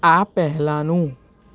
આ પહેલાંનું